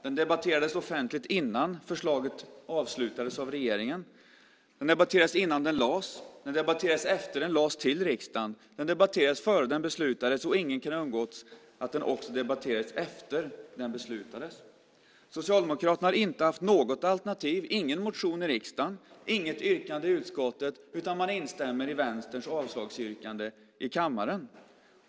Den debatterades offentligt innan förslaget avslutades av regeringen. Den debatterades innan den lades fram, den debatterades efter att den lades fram till riksdagen, den debatterades innan beslutet togs, och ingen kan ha undgått att den också har debatterats efter att beslutet togs. Socialdemokraterna har inte haft något alternativ, ingen motion i riksdagen och inget yrkande i utskottet, utan man instämmer i Vänsterns avslagsyrkande i kammaren.